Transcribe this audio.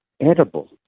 edible